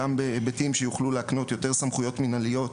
גם בהיבטים שיוכלו להקנות יותר סמכויות מינהליות